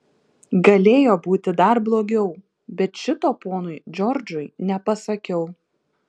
galėjo būti dar blogiau bet šito ponui džordžui nepasakiau